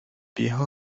viejo